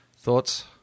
Thoughts